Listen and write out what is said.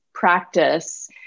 practice